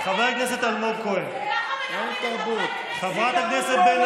ככה מדברים על חברי כנסת?